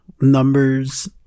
numbers